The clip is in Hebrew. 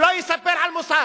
שלא יספר על מוסר.